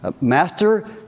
master